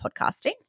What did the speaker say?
podcasting